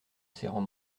serrant